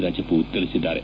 ರಜಪೂತ್ ತಿಳಿಸಿದ್ದಾರೆ